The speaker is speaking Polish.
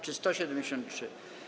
Czy 173?